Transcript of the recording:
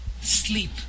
Sleep